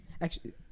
Actually-